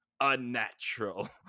unnatural